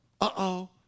uh-oh